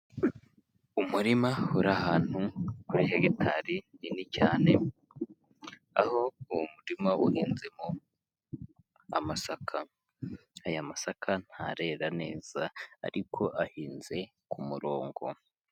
Umurima uri ahantu kuri hegitari nini cyane, aho uwo murima uhinzemo amasaka, aya masaka ntarera neza ariko ahinze ku murongo.